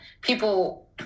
people